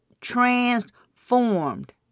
transformed